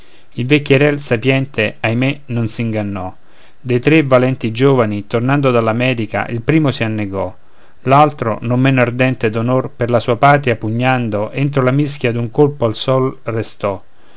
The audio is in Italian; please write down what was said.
il vecchierel sapiente ahimè non s'ingannò dei tre valenti giovani tornando dall'america il primo si annegò l'altro non meno ardente d'onor per la sua patria pugnando entro la mischia d'un colpo al suol restò